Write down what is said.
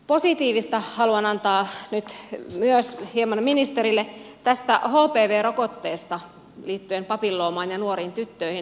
positiivista palautetta haluan antaa nyt myös hieman ministerille tästä hpv rokotteesta liittyen papilloomaan ja nuoriin tyttöihin